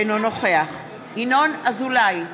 אינו נוכח ינון אזולאי,